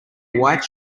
white